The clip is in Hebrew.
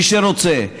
מי שרוצה.